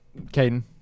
Caden